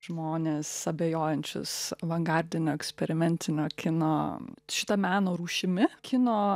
žmones abejojančius avangardinio eksperimentinio kino šita meno rūšimi kino